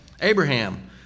Abraham